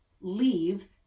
leave